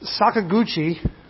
Sakaguchi